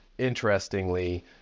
interestingly